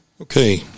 Okay